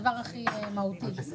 הבאנו נתונים שמראים שכשהיה קצת זמן,